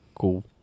cool